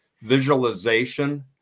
Visualization